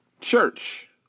church